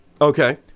Okay